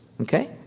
Okay